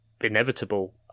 inevitable